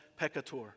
peccator